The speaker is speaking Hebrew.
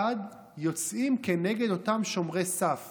יוצאים כנגד אותם שומרי סף